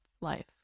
life